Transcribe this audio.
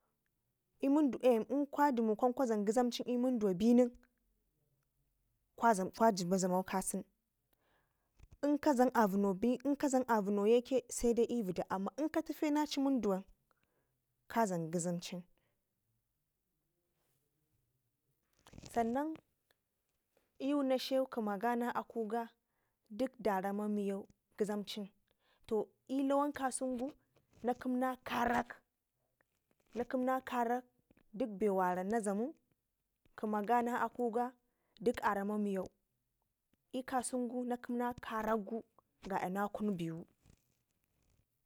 i'munduwa in kwa dlam ngizamcin i'munduwa benin kwa dlam kwa jiba dlamo kasau in ka dlam apuno yeke sadai i'vida amma an katife naci i'munduwan ka dlam ngizamcin sannan iyu nadlau kamaga na akuga dik da rama miya ngizamcin i'lawan kasengu na kəmana karak na kəmana karak dik be wara na dlamu kəmaga na akuga dik arama miiyau i'kasəp ngu na kəmana karakgu gada na kunu bewu.